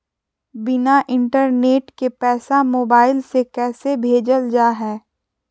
बिना इंटरनेट के पैसा मोबाइल से कैसे भेजल जा है?